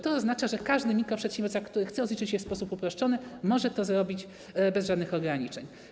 To oznacza, że każdy mikroprzedsiębiorca, który chce rozliczyć się w sposób uproszczony, może to zrobić bez żadnych ograniczeń.